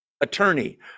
attorney